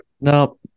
Now